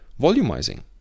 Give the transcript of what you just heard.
volumizing